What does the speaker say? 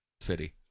City